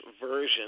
version